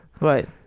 right